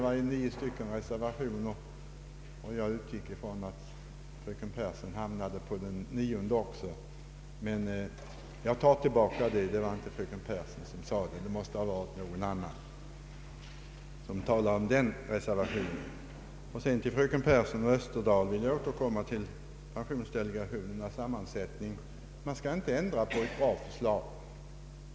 Det finns nio reservationer och jag utgick från att även fröken Pehrsson hamnade på den nionde, men jag tar tillbaka det! Det var inte fröken Pehrsson som uttalade sig om den reservationen, utan det måste ha varit någon annan. Jag vill vända mig till fröken Pehrsson och herr Österdahl och återkomma till frågan om pensionsdelegationernas sammansättning. Man skall inte ändra på ett bra förslag.